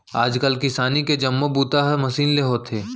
आज काल किसानी के जम्मो बूता ह मसीन ले होथे